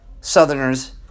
Southerners